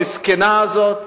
המסכנה הזאת,